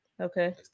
Okay